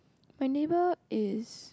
my neighbour is